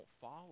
follow